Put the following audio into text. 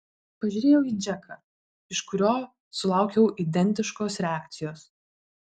pažiūrėjau į džeką iš kurio sulaukiau identiškos reakcijos